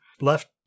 left